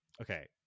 okay